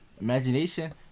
imagination